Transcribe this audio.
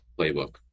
playbook